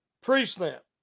pre-snap